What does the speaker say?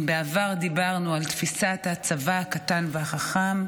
אם בעבר דיברנו על תפיסת הצבא הקטן והחכם,